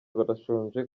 barashonje